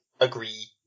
agree